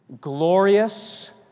glorious